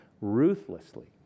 ruthlessly